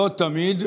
לא תמיד,